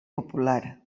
popular